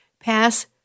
pass